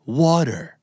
water